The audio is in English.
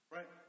Right